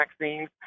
vaccines